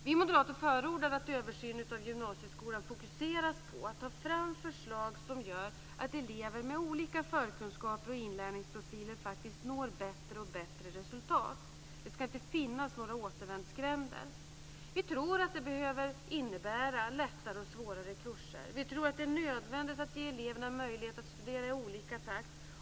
Vi moderater förordar att översynen av gymnasieskolan fokuseras på att ta fram förslag som gör att elever med olika förkunskaper och inlärningsprofiler når bättre och bättre resultat. Det ska inte finnas några återvändsgränder. Vi tror att det innebär lättare och svårare kurser. Vi tror att det är nödvändigt att ge eleverna möjlighet att studera i olika takt.